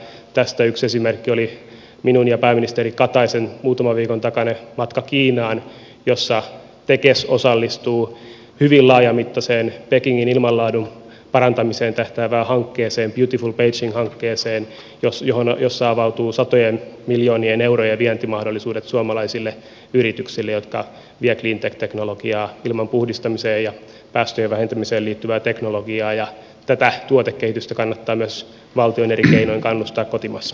tästä yksi esimerkki oli minun ja pääministeri kataisen muutaman viikon takainen matka kiinaan jossa tekes osallistuu hyvin laajamittaiseen pekingin ilmanlaadun parantamiseen tähtäävään hankkeeseen beautiful beijing hankkeeseen jossa avautuu satojen miljoonien eurojen vientimahdollisuudet suomalaisille yrityksille jotka vievät cleantech teknologiaa ilman puhdistamiseen ja päästöjen vähentämiseen liittyvää teknologiaa ja tätä tuotekehitystä kannattaa myös valtion eri keinoin kannustaa kotimaassa